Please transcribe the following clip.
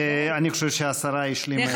אני חושב שהשרה השלימה את תשובתה.